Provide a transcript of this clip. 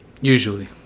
Usually